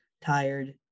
Tired